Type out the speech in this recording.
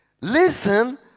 Listen